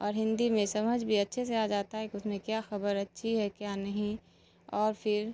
اور ہندی میں سمجھ بھی اچھے سے آ جاتا ہے کہ اس میں کیا خبر اچھی ہے کیا نہیں اور پھر